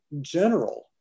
general